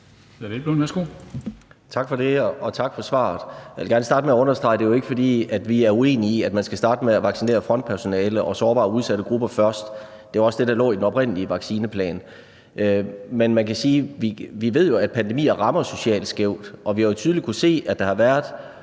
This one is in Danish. Tak for det, og tak for svaret. Jeg vil gerne starte med at understrege, at det jo ikke er, fordi vi er uenige i, at man skal starte med at vaccinere frontpersonalet og sårbare og udsatte grupper først. Det var også det, der lå i den oprindelige vaccineplan. Men man kan sige, at vi jo ved, at pandemier rammer socialt skævt, og vi har tydeligt kunnet se, at der har været